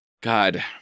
God